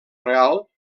real